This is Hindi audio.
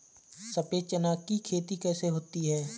सफेद चना की खेती कैसे होती है?